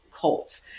cult